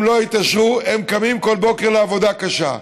הם לא יתעשרו, הם קמים כל בוקר לעבודה קשה.